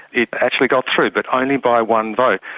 it actually got through, but only by one vote,